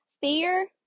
Fear